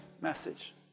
message